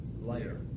layer